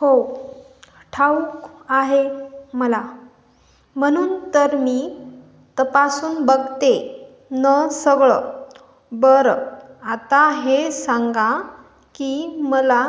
हो ठाऊक आहे मला म्हणून तर मी तपासून बघते नं सगळं बरं आता हे सांगा की मला